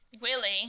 Willie